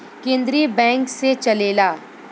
केन्द्रीय बैंक से चलेला